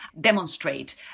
demonstrate